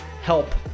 help